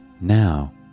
Now